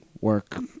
work